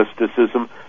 mysticism